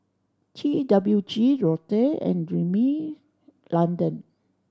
T W G Lotte and Rimmel London